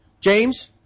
James